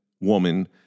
woman